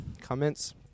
comments